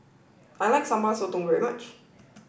I like Sambal Sotong very much